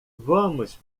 vamos